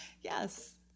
Yes